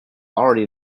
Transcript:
already